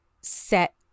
set